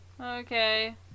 Okay